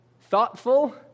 thoughtful